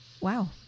Wow